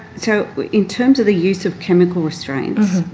so in terms of the use of chemical restraints,